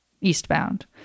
eastbound